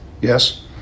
Yes